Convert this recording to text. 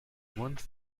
once